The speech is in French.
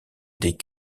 des